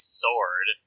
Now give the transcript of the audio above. sword